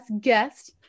guest